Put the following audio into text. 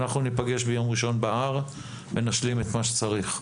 אנחנו ניפגש ביום ראשון בהר ונשלים את מה שצריך.